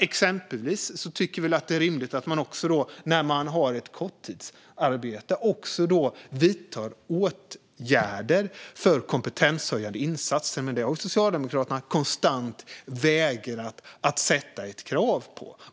Exempelvis tycker vi att det är rimligt att när man har ett korttidsarbete vidta åtgärder för kompetenshöjande insatser, men det har Socialdemokraterna konstant vägrat att sätta ett krav på.